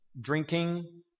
drinking